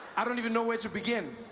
i don't even know where to begin